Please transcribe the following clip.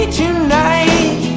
tonight